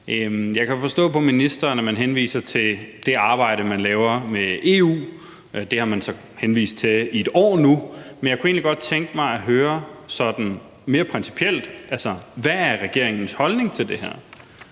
Jeg kan forstå på ministeren, at man henviser til det arbejde, man laver i EU – det har man så henvist til i et år nu. Men jeg kunne egentlig godt tænke mig at høre sådan mere principielt, hvad regeringens holdning til det her